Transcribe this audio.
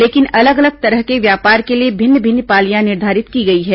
लेकिन अलग अलग तरह के व्यापार के लिए भिन्न भिन्न पालियां निर्धारित की गई हैं